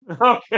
Okay